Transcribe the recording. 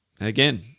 again